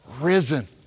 risen